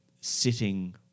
sitting